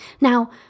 Now